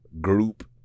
group